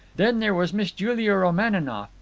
then there was miss julia romaninov.